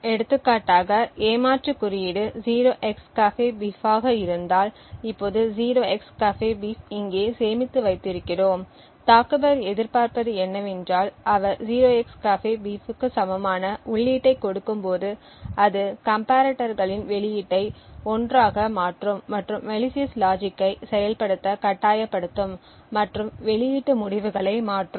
எடுத்துக்காட்டாக ஏமாற்று குறியீடு 0xCAFEBEEF ஆக இருந்தால் இப்போது 0xCAFEBEEF இங்கே சேமித்து வைத்திருக்கிறோம் தாக்குபவர் எதிர்பார்ப்பது என்னவென்றால் அவர் 0xCAFEBEEF க்கு சமமான உள்ளீட்டைக் கொடுக்கும்போது அது கம்பேரடர்களின் வெளியீட்டை 1 ஆக மாற்றும் மற்றும் மலிசியஸ் லாஜிக்கை செயல்படுத்த கட்டாயப்படுத்தும் மற்றும் வெளியீட்டு முடிவுகளை மாற்றும்